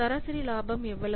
சராசரி லாபம் எவ்வளவு